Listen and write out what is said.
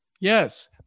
Yes